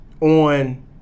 on